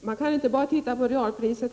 Man kan emellertid inte enbart titta på realpriset.